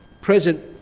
present